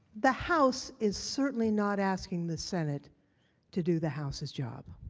the house is certainly not asking the senate to do the houses job.